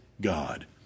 God